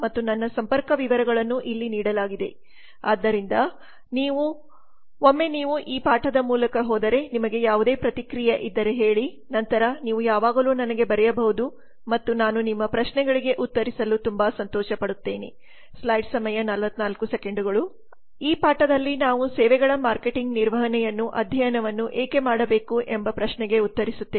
Biplab Datta ಮತ್ತು ನನ್ನ ಸಂಪರ್ಕ ವಿವರಗಳನ್ನು ಇಲ್ಲಿ ನೀಡಲಾಗಿದೆ ಆದ್ದರಿಂದ ಒಮ್ಮೆ ನಾವು ಕೋರ್ಸ್ ಮೂಲಕ ಹೋದರೆ ಒಮ್ಮೆ ನೀವು ಪಾಠದ ಮೂಲಕ ಹೋದರೆ ನಿಮಗೆ ಯಾವುದೇ ಪ್ರತಿಕ್ರಿಯೆ ಇದ್ದರೆ ಹೇಳಿ ನಂತರ ನೀವು ಯಾವಾಗಲೂ ನನಗೆ ಬರೆಯಬಹುದು ಮತ್ತು ನಾನು ನಿಮ್ಮ ಪ್ರಶ್ನೆಗಳಿಗೆ ಉತ್ತರಿಸಲು ತುಂಬಾ ಸಂತೋಷಪಡುತ್ತೇನೆ ಆದ್ದರಿಂದ ಈ ಪಾಠದಲ್ಲಿ ನಾವು ಸೇವೆಗಳ ಮಾರ್ಕೆಟಿಂಗ್ ನಿರ್ವಹಣೆಯನ್ನು ಅಧ್ಯಯನವನ್ನು ಏಕೆ ಮಾಡಬೇಕು ಎಂಬ ಪ್ರಶ್ನೆಗೆ ಉತ್ತರಿಸುತ್ತೇವೆ